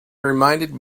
reminded